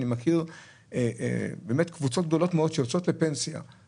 אני מכיר קבוצות גדולות מאוד שיוצאות לפנסיה,